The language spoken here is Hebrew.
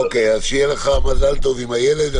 מזל טוב עם הילד.